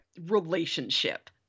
relationship